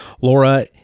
Laura